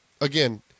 Again